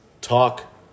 talk